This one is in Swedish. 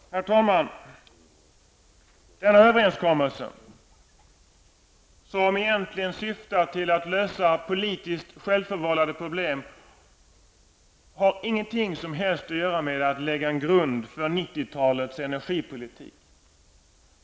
Herr talman! Denna överenskommelse, som egentligen syftar till att lösa självförvållade politiska problem, har ingenting som helst att göra med att lägga en grund för 1990-talets energipolitik.